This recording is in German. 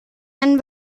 einen